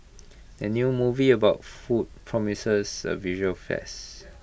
the new movie about food promises A visual feasts